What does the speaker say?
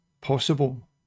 possible